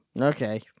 okay